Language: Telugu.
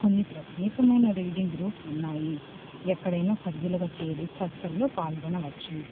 కొన్ని ప్రత్యేకమైన రీడింగ్ గ్రూప్స్ ఉన్నాయి ఎక్కడైనా సభ్యులుగా చేరి చర్చల్లో పాల్గొనవచ్చు